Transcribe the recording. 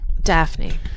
Daphne